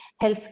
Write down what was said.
health